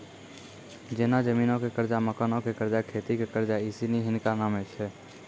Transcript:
जेना जमीनो के कर्जा, मकानो के कर्जा, खेती के कर्जा इ सिनी हिनका नामे छै